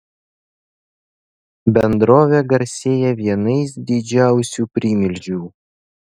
bendrovė garsėja vienais didžiausių primilžių